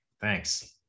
Thanks